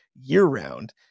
year-round